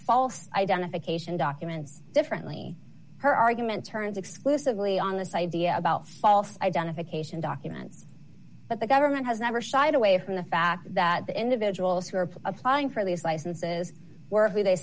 false identification documents differently her argument turns exclusively on this idea about false identification documents but the government has never shied away from the fact that the individuals who are applying for these licenses were who they